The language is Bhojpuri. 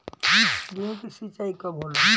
गेहूं के सिंचाई कब होला?